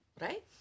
right